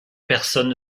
personne